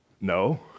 No